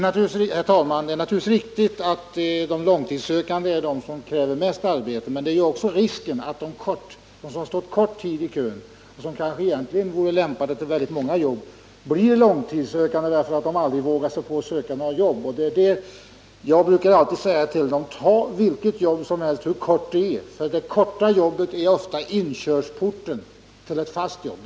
Herr talman! Det är naturligtvis riktigt att de långtidssökande är de mest tidskrävande för arbetsförmedlingarna. Men risken finns också att de som stått kort tid i arbetskön och som kanske egentligen vore lämpade för väldigt många jobb blir långtidssökande, därför att de aldrig vågar söka några jobb. Till dem brukar jag säga: Ta vilket jobb som helst hur kort tid det än varar, för det korta jobbet är ofta inkörsporten till ett fast jobb.